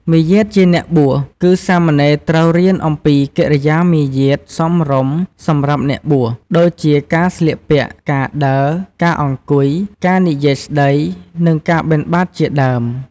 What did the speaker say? មារយាទជាអ្នកបួស គឺសាមណេរត្រូវរៀនអំពីកិរិយាមារយាទសមរម្យសម្រាប់អ្នកបួស ដូចជាការស្លៀកពាក់ ការដើរ ការអង្គុយ ការនិយាយស្តី និងការបិណ្ឌបាតជាដើម។